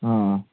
ꯑꯥ ꯑꯥ ꯑꯥ